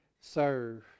serve